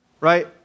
Right